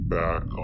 back